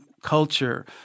Culture